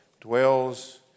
dwells